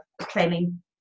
planning